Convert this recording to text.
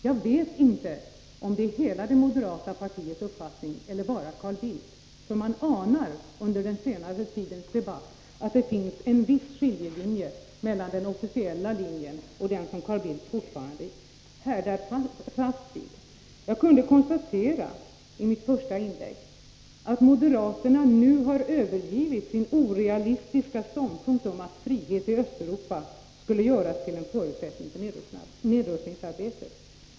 Jag vet inte om detta är hela det moderata partiets uppfattning eller bara Carl Bildts. Jag har anat under den senaste tidens debatt att det finns en viss skiljelinje mellan den officiella linjen och den som Carl Bildt fortfarande håller fast vid. Jag kunde i mitt första inlägg konstatera att moderaterna nu har övergivit sin orealistiska ståndpunkt om att frihet i Östeuropa skulle göras till en förutsättning för nedrustningsarbetet.